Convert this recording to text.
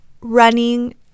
running